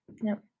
no